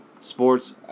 Sports